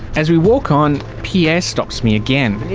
as we walk on, pierre stops me again.